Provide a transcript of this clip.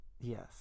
Yes